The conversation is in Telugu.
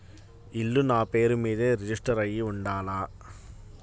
ఇల్లు నాపేరు మీదే రిజిస్టర్ అయ్యి ఉండాల?